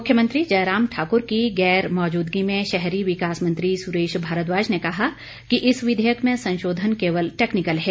मुख्यमंत्री जयराम ठाकुर की गैर मौजूदगी में शहरी विकास मंत्री सुरेश भारद्वाज ने कहा कि इस विधेयक में संशोधन केवल टेक्नीकल है